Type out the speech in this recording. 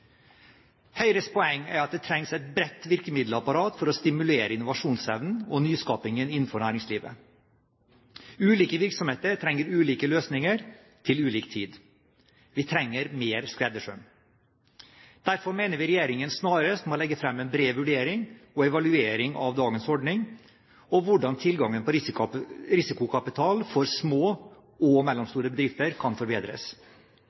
Høyres poeng er at det trengs et bredt virkemiddelapparat for å stimulere innovasjonsevnen og nyskapingen innenfor næringslivet. Ulike virksomheter trenger ulike løsninger til ulik tid; vi trenger mer skreddersøm. Derfor mener vi regjeringen snarest må legge frem en bred vurdering og evaluering av dagens ordning, og se på hvordan tilgangen på risikokapital for små og mellomstore bedrifter kan forbedres.